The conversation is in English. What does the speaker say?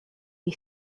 you